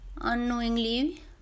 unknowingly